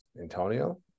Antonio